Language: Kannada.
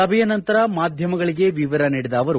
ಸಭೆಯ ನಂತರ ಮಾಧ್ಯಮಗಳಿಗೆ ವಿವರ ನೀಡಿದ ಅವರು